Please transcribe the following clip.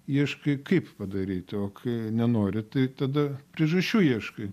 ieškai kaip padaryti o kai nenori tai tada priežasčių ieškai